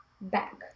back